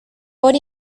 por